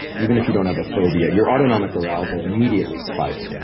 even if you don't have a phobia, your autonomic arousal immediately spikes. yeah